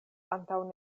antaŭ